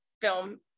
film